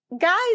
guys